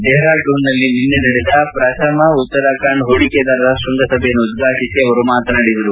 ಡೆಹಾರಡೂನ್ನಲ್ಲಿ ನಿನ್ನೆ ನಡೆದ ಪ್ರಥಮ ಉತ್ತರಾಖಂಡ್ ಹೂಡಿಕೆದಾರರ ಶೃಂಗಸಭೆಯನ್ನು ಉದ್ವಾಟಿಸಿ ಅವರು ಮಾತನಾಡಿದರು